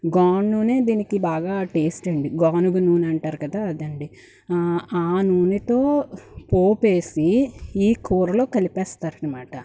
గాను నూనె దీనికి బాగా టెస్ట్ అండి గానుగ నూనె అంటారు కదా అదండీ ఆ నూనెతో పోపేసి ఈ కూరలో కలిపేస్తారనమాట